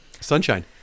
Sunshine